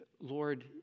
Lord